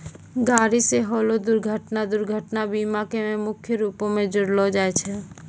गाड़ी से होलो दुर्घटना दुर्घटना बीमा मे मुख्य रूपो से जोड़लो जाय छै